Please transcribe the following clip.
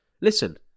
Listen